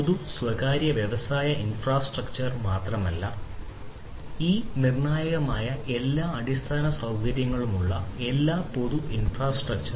പൊതു സ്വകാര്യ വ്യവസായ ഇൻഫ്രാസ്ട്രക്ചർ മാത്രമല്ല ഈ നിർണായകമായ എല്ലാ അടിസ്ഥാന സൌകര്യങ്ങളും ഉള്ള എല്ലാ പൊതു ഇൻഫ്രാസ്ട്രക്ചറുകളും